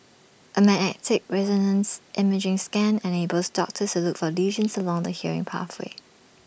A magnetic resonance imaging scan enables doctors look for lesions along the hearing pathway